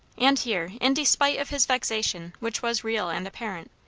and here, in despite of his vexation, which was real and apparent,